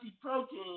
protein